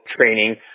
training